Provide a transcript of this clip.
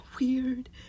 weird